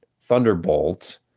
Thunderbolt